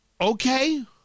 Okay